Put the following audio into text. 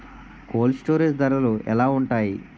Cold storage ధరలు ఎలా ఉంటాయి?